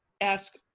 ask